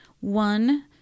one